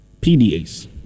PDAs